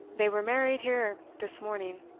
they were married here this morning.